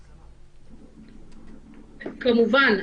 כמובן.